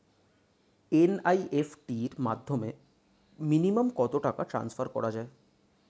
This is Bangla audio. এন.ই.এফ.টি র মাধ্যমে মিনিমাম কত টাকা টান্সফার করা যায়?